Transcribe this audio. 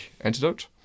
antidote